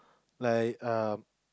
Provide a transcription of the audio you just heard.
like err